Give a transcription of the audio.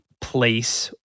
place